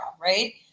right